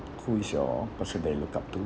who is your person that you look up to